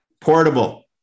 Portable